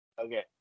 okay